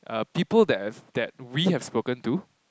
uh people that have that we have spoken to